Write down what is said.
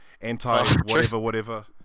anti-whatever-whatever